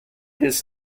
his